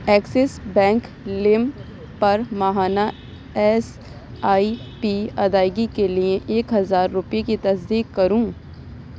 Axis Bank لم پر ماہانہ ایس آئی پی ادائیگی کے لیے ایک ہزار روپے کی تصدیق کروں